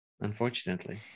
Unfortunately